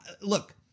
look